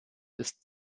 ist